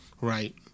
Right